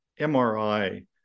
MRI